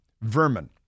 vermin